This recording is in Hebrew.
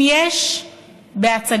אם יש בהצגה,